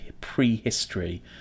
prehistory